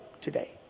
today